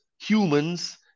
humans